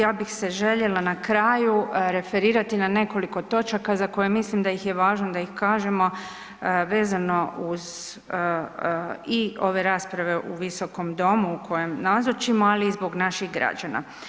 Ja bih se željela na kraju referirati na nekoliko točaka za koje mislim da ih je važno da ih kažemo vezano uz i ove rasprave u visokom domu u kojem nazočimo, ali i zbog naših građana.